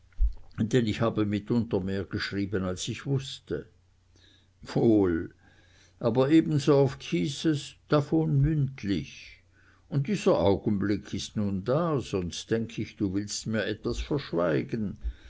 denn ich habe mitunter mehr geschrieben als ich wußte wohl aber ebensooft hieß es davon mündlich und dieser moment ist nun da sonst denk ich du willst mir etwas verschweigen